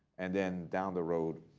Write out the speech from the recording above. and then down the road,